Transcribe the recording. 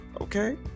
Okay